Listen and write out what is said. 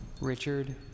Richard